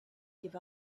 give